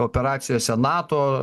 operacijose nato